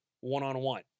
one-on-one